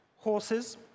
Horses